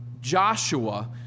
Joshua